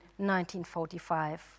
1945